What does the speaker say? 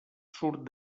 surt